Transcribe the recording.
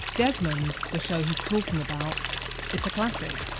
desmond's, the show he's talking about it's a classic.